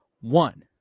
one